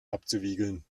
abzuwiegeln